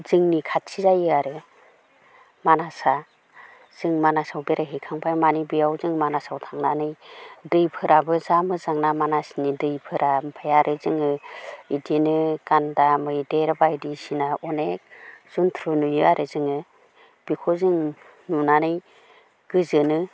जोंनि खाथि जायो आरो मानासा जों मानासाव बेरायहैखांबाय माने बेयाव जों मानासाव थांनानै दैफोरा जा मोजांना मानासनि दैफोरा ओमफ्राय आरो जोङो इदिनो गान्दा मैदेर बायदिसिना अनेख जुन्थ्रु नुयो आरो जोङो बेखौ जोङो नुनानै गोजोनो